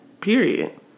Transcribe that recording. Period